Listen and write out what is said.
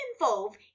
involve